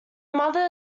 mother